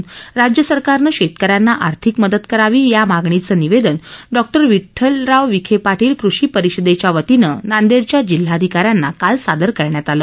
या पीकांचे पंचनामे करून राज्य सरकारने शेतकऱ्यांना आर्थिक मदत करावी या मागणीचे निवेदन डॉ विड्ठलराव विखे पाटील कृषी परिषदेच्यावतीने नांदेडच्या जिल्हाधिकाऱ्यांना काल सादर करण्यात आलं